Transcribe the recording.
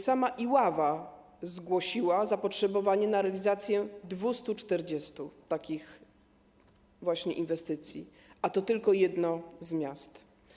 Sama Iława zgłosiła zapotrzebowanie na realizację 240 takich właśnie inwestycji, a to tylko jedno z wielu miast.